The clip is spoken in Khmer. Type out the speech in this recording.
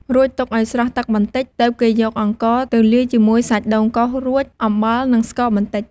រួចទុកឱ្យស្រស់ទឹកបន្តិច ទើបគេយកអង្ករទៅលាយជាមួយសាច់ដូងកោសរួច អំបិល និងស្ករបន្តិច ។